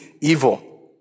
evil